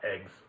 eggs